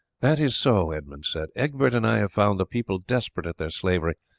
that is so, edmund said egbert and i have found the people desperate at their slavery,